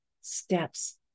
steps